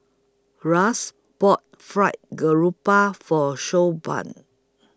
Ras bought Fried Garoupa For Siobhan